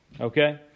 Okay